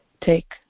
take